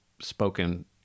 spoken